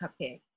cupcake